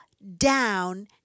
Down